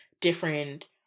different